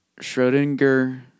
Schrodinger